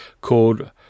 called